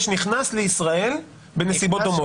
יש נכנס לישראל בנסיבות דומות.